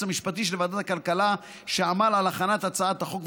המשפטי של ועדת הכלכלה שעמל על הכנת הצעת החוק,